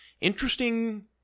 interesting